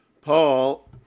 Paul